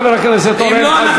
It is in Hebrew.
תודה לחבר הכנסת אורן חזן.